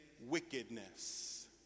wickedness